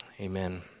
amen